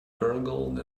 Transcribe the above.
gurgled